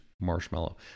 marshmallow